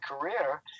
career